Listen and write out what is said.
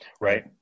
right